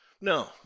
No